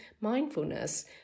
mindfulness